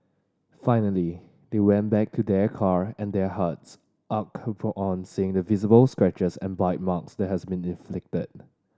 finally they went back to their car and their hearts on seeing the visible scratches and bite marks that had been inflicted